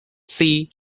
see